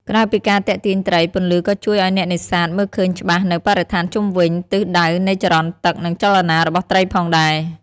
ក្រៅពីការទាក់ទាញត្រី ពន្លឺក៏ជួយឱ្យអ្នកនេសាទមើលឃើញច្បាស់នូវបរិស្ថានជុំវិញទិសដៅនៃចរន្តទឹក និងចលនារបស់ត្រីផងដែរ។